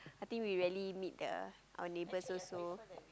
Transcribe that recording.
I think we rarely meet the our neighbours also